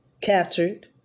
captured